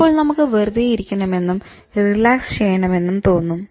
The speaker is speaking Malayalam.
അപ്പോൾ നമുക്ക് വെറുതെ ഇരിക്കണമെന്നും റിലാക്സ് ചെയ്യണമെന്നും തോന്നും